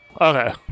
Okay